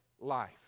life